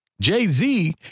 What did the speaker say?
Jay-Z